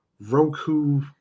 Roku